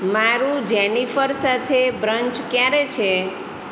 મારું જેનિફર સાથે બ્રંચ ક્યારે છે